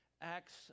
Acts